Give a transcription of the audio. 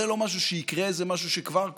זה לא משהו שיקרה, זה משהו שכבר קורה.